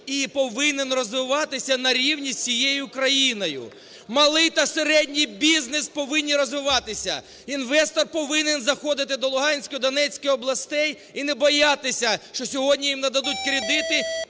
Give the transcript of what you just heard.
і повинен розвиватися на рівні з всією країною. Малий та середній бізнес повинні розвиватися. Інвестор по винен заходити до Луганської, Донецької областей і не боятися, що сьогодні їм нададуть кредити,